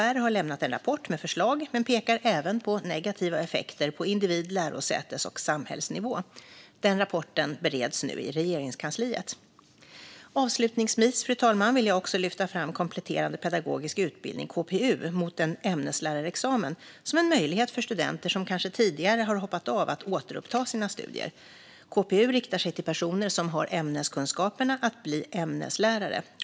UHR har lämnat en rapport med förslag, men pekar även på negativa effekter på individ, lärosätes och samhällsnivå. Den rapporten bereds nu i Regeringskansliet. Fru talman! Avslutningsvis vill jag också lyfta fram kompletterande pedagogisk utbildning, KPU, mot en ämneslärarexamen som en möjlighet för studenter som kanske tidigare har hoppat av att återuppta sina studier. KPU riktar sig till personer som har ämneskunskaperna för att bli ämneslärare.